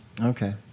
Okay